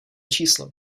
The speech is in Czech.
číslo